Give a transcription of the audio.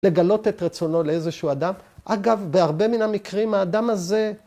‫לגלות את רצונו לאיזשהו אדם. ‫אגב, בהרבה מן המקרים האדם הזה...